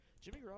Jimmy